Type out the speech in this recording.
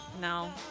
No